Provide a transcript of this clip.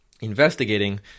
investigating